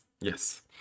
yes